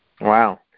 Wow